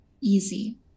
easy